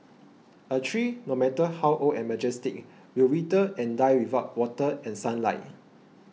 a tree no matter how old and majestic will wither and die without water and sunlight